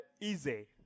easy